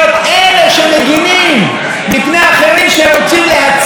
אחרים שרוצים להצר את צעדיה של התרבות,